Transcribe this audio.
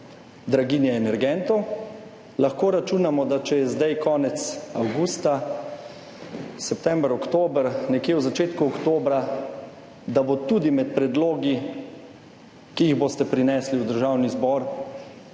draginje energentov, lahko računamo, da bo, če je zdaj konec avgusta, september, oktober, nekje v začetku oktobra med predlogi, ki jih boste prinesli v Državni zbor,